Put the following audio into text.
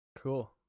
Cool